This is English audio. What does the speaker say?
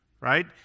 right